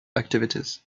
activities